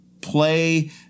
play